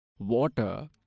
Water